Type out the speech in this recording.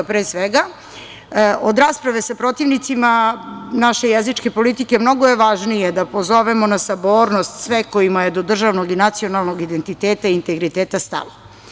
Od rasprave sa protivnicima naše jezičke politike, mnogo je važnije da pozovemo na sabornost sve kojima je do državnog i nacionalnog identiteta i integriteta stalo.